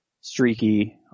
streaky